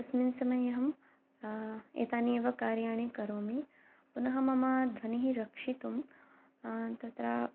तस्मिन् समये अहं एतानि एव कार्याणि करोमि पुनः मम ध्वनिः रक्षितुं तत्र